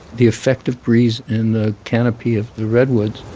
the effect of breeze in the canopy of the redwoods